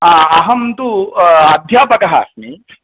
हा अहं तु अध्यापकः अस्मि